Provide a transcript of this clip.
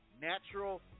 natural